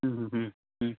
ह्म् ह्म् ह्म् ह्म्